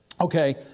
Okay